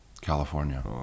California